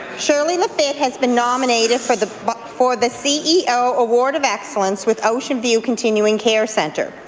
shirley lafitte has been nominated for the but for the ceo award of excellence with ocean view continuing care centre.